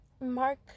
mark